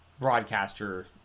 broadcaster